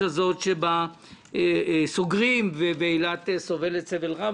הזאת שבה סוגרים ואילת סובלת סבל רב.